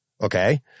Okay